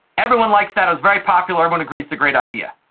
everyone likes that, it was very popular, everyone agrees it's a great idea.